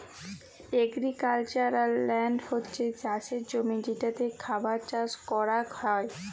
agricultural land হছ্যে চাসের জমি যেটাতে খাবার চাস করাক হ্যয়